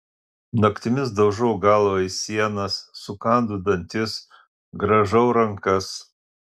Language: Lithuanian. naktimis daužau galvą į sienas sukandu dantis grąžau rankas